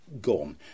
gone